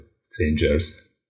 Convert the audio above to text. strangers